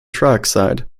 trioxide